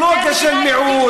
יש לכם פסיכולוגיה של מיעוט.